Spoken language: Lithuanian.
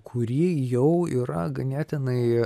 kurį jau yra ganėtinai